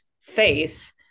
faith